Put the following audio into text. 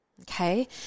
Okay